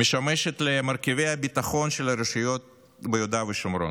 משמשת למרכיבי הביטחון של הרשויות ביהודה ושומרון,